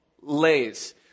Lays